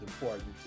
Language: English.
important